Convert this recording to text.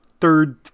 third